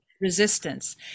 resistance